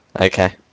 Okay